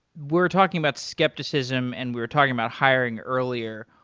we're talking about skepticism and we're talking about hiring earlier,